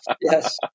yes